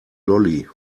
lolli